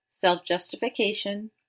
self-justification